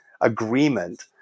agreement